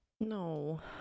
No